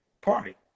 party